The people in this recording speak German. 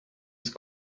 ist